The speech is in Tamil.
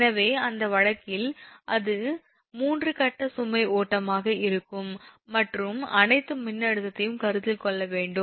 எனவே அந்த வழக்கில் அது 3 கட்ட சுமை ஓட்டமாக இருக்கும் மற்றும் அனைத்து மின்னழுத்தத்தையும் கருத்தில் கொள்ள வேண்டும்